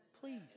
please